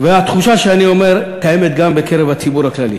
והתחושה שאני אומר קיימת גם בקרב הציבור הכללי.